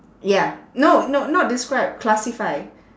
ya no no not describe classify